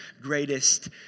greatest